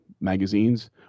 magazines